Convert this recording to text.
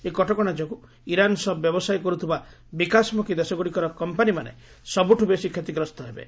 ଏହି କଟକଣା ଯୋଗୁଁ ଇରାନ୍ ସହ ବ୍ୟବସାୟ କରୁଥିବା ବିକାଶମୁଖୀ ଦେଶଗୁଡ଼ିକର କମ୍ପାନୀମାନେ ସବୁଠୁ ବେଶି କ୍ଷତିଗ୍ରସ୍ତ ହେବେ